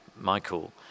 michael